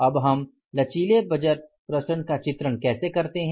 अब हम लचीले बजट प्रसरण का चित्रण कैसे करते हैं